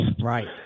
right